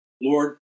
Lord